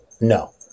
No